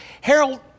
Harold